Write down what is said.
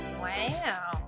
wow